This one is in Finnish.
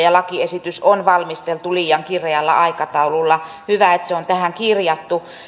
ja lakiesitys on valmisteltu liian kireällä aikataululla hyvä että se on tähän kirjattu